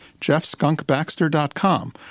jeffskunkbaxter.com